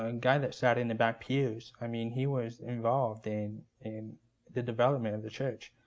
ah and guy that sat in the back pews. i mean he was involved in in the development of the church,